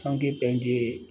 असांखे पंहिंजे